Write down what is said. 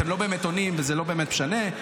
אתם לא באמת עונים, וזה לא באמת משנה.